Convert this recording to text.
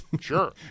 Sure